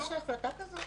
יש החלטה כזו?